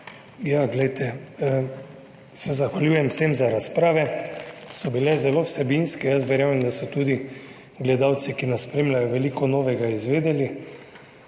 Ja, glejte, se zahvaljujem vsem za razprave, so bile zelo vsebinske. Jaz verjamem, da so tudi gledalci, ki nas spremljajo, veliko novega izvedeli.